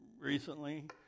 recently